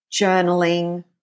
journaling